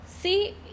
see